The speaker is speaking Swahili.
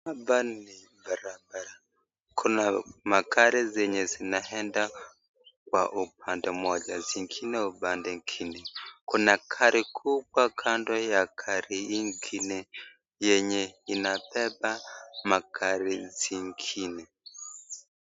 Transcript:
Hapa ni barabara, kuna magari zenye zinaenda kwa upande moja, zingine upande mwingine. Kuna gari kubwa kando ya gari hii ingine yenye inabeba magari zingine.